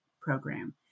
program